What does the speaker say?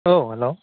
औ हेल'